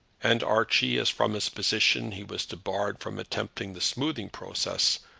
and archie, as from his position he was debarred from attempting the smoothing process,